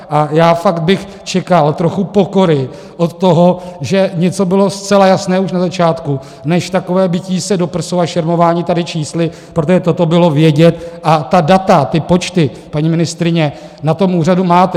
A já fakt bych čekal trochu pokory od toho, že něco bylo zcela jasné už na začátku, než takové bití se do prsou a šermování tady čísly, protože toto bylo vědět, a ta data, ty počty, paní ministryně, na tom úřadu máte.